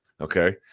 Okay